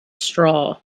straw